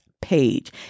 page